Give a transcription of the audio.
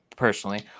personally